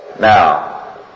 Now